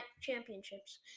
championships